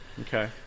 Okay